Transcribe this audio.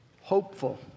hopeful